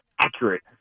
accurate